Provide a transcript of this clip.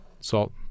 salt